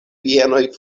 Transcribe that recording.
bienoj